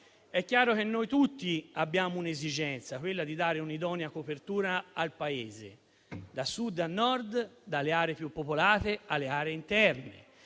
è chiaro che noi tutti abbiamo un'esigenza, quella di dare un'idonea copertura al Paese, da Sud a Nord, dalle aree più popolate a quelle interne,